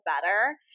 better